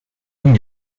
jeune